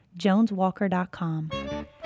JonesWalker.com